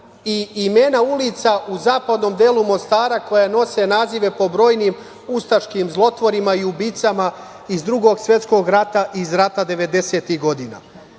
imena ulica u zapadnom delu Mostara koja nose nazive po brojnim ustaškim zlotvorima i ubicama iz Drugog svetskog rata i iz rata devedesetih